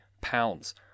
pounds